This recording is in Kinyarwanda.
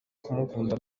kumukunda